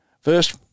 first